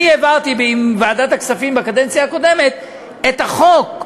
אני העברתי עם ועדת הכספים בקדנציה הקודמת את החוק,